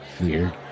Weird